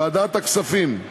ועדת הכספים: